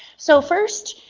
so first,